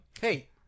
Hey